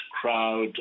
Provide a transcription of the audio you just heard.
crowd